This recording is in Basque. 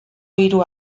hiru